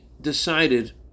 decided